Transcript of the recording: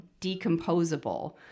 decomposable